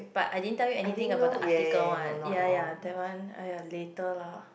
but I didn't tell you anything about the article one ya ya that one !aiya! later lah